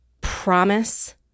promise